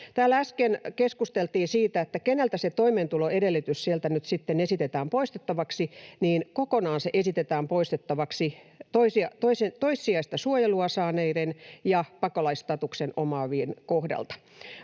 äsken keskusteltiin, että keneltä se toimeentuloedellytys sieltä nyt sitten esitetään poistettavaksi. Kokonaan sitä esitetään poistettavaksi toissijaista suojelua saaneiden ja pakolaisstatuksen omaavien kohdalta.